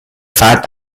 fat